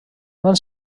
van